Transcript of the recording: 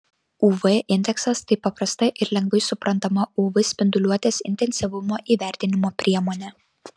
uv indeksas tai paprasta ir lengvai suprantama uv spinduliuotės intensyvumo įvertinimo priemonė